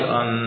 on